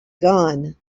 gun